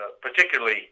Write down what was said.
particularly